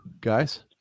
Guys